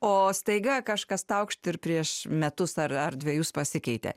o staiga kažkas taukšt ir prieš metus ar ar dvejus pasikeitė